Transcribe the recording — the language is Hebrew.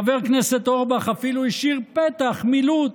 חבר הכנסת אורבך אפילו השאיר פתח מילוט